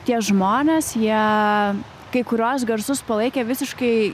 tie žmonės jie kai kuriuos garsus palaikė visiškai